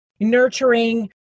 nurturing